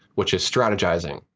which is strategizing.